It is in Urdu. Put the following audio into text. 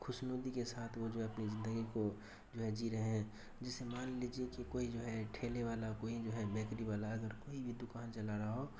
خوشنودی کے ساتھ وہ جو ہے اپنی زندگی کو جو ہے جی رہے ہیں جیسے مان لیجیے کہ کوئی جو ہے ٹھیلے والا کوئی جو ہے بیکری والا اگر کوئی بھی دوکان چلا رہا ہو